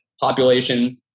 population